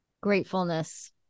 gratefulness